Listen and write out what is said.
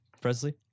Presley